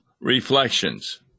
reflections